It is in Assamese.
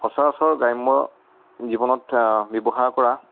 সচৰাচৰ গ্ৰাম্য জীৱনত ব্যৱহাৰ কৰা